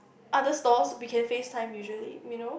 other stores we can facetime usually you know